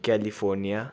California